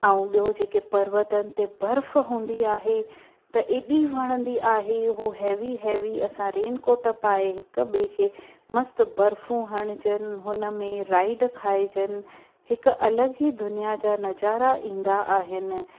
ऐं ॿियो जेके पर्वतनि ते बर्फ़ हूंदी आहे त एॾी वणंदी आहे उहो हेवी हेवी असां रेनकोट पाए हिक ॿिए खे मस्तु बर्फ़ू हणजनि हुन में राइड खाइजनि हिकु अलॻि ई दुनिया जा नज़ारा ईंदा आहिनि